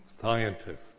scientists